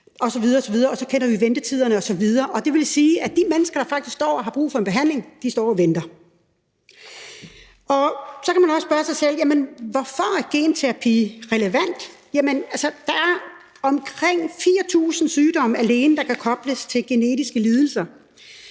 osv. osv.? Vi kender ventetiderne osv., og det vil sige, at de mennesker, der faktisk står og har brug for en behandling, står og venter. Så kan man også spørge sig selv: Jamen hvorfor er genterapi relevant? Altså, der er omkring 4.000 sygdomme, der alene kan kobles til genetiske lidelser.